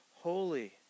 holy